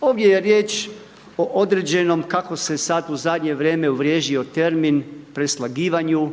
Ovdje je riječ o određenom kako se sada u zadnje vrijeme uvriježio termin preslagivanju